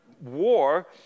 war